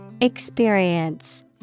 Experience